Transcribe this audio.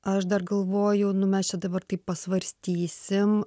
aš dar galvoju nu mes čia dabar taip pasvarstysim